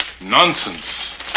nonsense